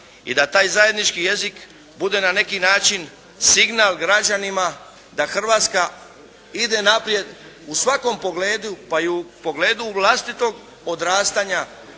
i da taj zajednički jezik bude na neki način signal građanima da Hrvatska ide naprijed u svakom pogledu, pa i u pogledu vlastitog odrastanja